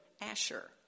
Asher